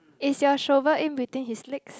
is your shovel in between his legs